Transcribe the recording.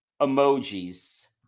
emojis